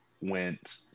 went